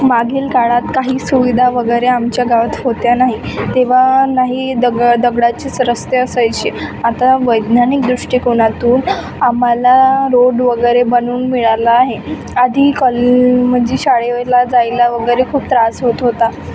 मागील काळात काही सुविधा वगैरे आमच्या गावात होत्या नाहीत तेव्हा नाही दग दगडाचेच रस्ते असायची आत्ता वैज्ञानिक दृष्टिकोनातून आम्हाला रोड वगैरे बनवून मिळाला आहे आधी कॉले म्हणजे शाळेला जायला वगैरे खूप त्रास होत होता